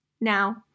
Now